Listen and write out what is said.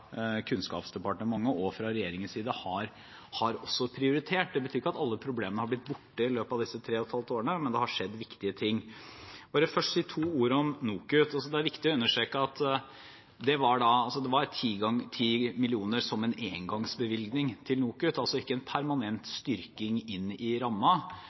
at alle problemene har blitt borte i løpet av disse tre og et halvt årene, men det har skjedd viktige ting. Jeg vil først si to ord om NOKUT. Det er viktig å understreke at det var 10 mill. kr som en engangsbevilgning til NOKUT, ikke en permanent